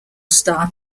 star